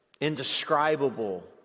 indescribable